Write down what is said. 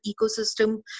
ecosystem